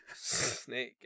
snake